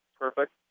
perfect